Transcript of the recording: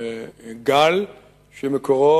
גל שמקורו